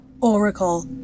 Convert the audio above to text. Oracle